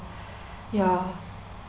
ya